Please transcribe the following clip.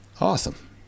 Awesome